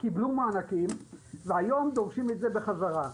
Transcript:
קיבלו מענקים והיום דורשים את זה בחזרה.